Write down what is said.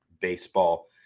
baseball